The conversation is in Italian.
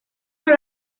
con